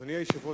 אדוני היושב-ראש,